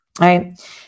right